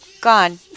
gone